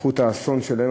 והפכו את האסון שלהם,